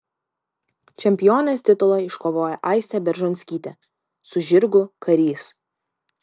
čempionės titulą iškovojo aistė beržonskytė su žirgu karys